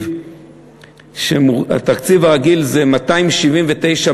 שהוא 279